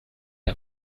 der